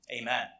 Amen